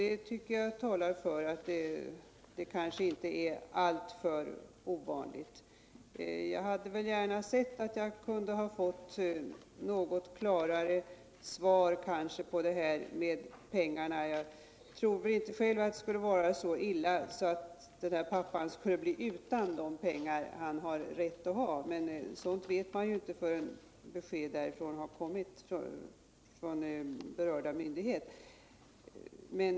Det tycker jag talar för att detta kanske inte är alltför ovanligt. Jag hade gärna sett att jag hade fått ett klarare svar i fråga om pengarna. Själv tror jag väl inte att det kan vara så illa att den här pappan skulle bli utan de pengar han har rätt att få. Men sådant vet man inte förrän besked har kommit från den berörda myndigheten.